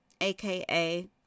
aka